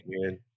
man